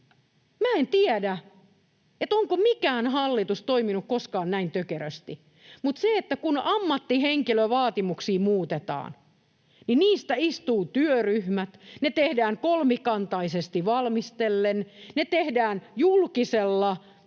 en tiedä, onko mikään hallitus toiminut koskaan näin tökerösti. Mutta kun ammattihenkilövaatimuksia muutetaan, niin niistä istuvat työryhmät, ne tehdään kolmikantaisesti valmistellen, ne tehdään isolla julkisella